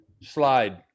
slide